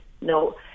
No